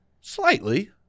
Slightly